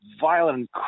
violent